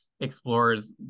explores